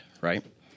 right